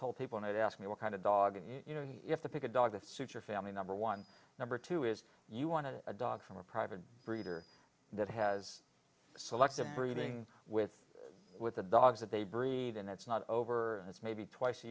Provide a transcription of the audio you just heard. told people not ask me what kind of dog and you know you have to pick a dog that suits your family number one number two is you want to a dog from a private breeder that has selective breeding with with the dogs that they breed and it's not over it's maybe twice a